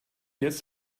jetzt